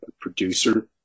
producer